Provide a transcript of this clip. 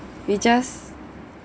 we just